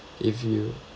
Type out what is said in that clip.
if you